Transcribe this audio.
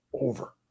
over